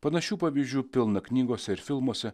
panašių pavyzdžių pilna knygose ir filmuose